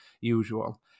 usual